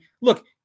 look